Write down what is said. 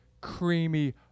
creamy